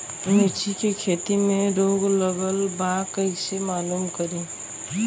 मिर्ची के खेती में रोग लगल बा कईसे मालूम करि?